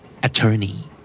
Attorney